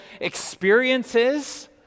experiences